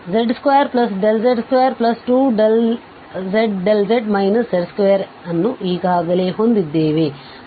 ಆದ್ದರಿಂದ ನಾವು z2z22zz z2 ಅನ್ನು ಈಗಾಗಲೇ ಹೊಂದಿದ್ದೇವೆ